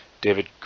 David